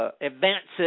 Advances